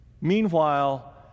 Meanwhile